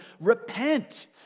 repent